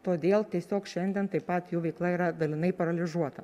todėl tiesiog šiandien taip pat jų veikla yra dalinai paralyžiuota